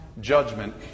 judgment